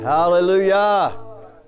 Hallelujah